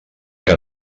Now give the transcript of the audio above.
que